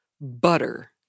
Butter